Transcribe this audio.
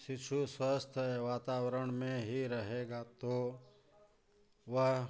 शिशु स्वस्थ वातावरण में ही रहेगा तो वह